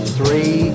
three